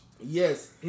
Yes